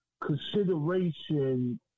consideration